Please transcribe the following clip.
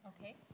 Okay